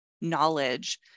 knowledge